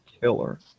killer